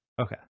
Okay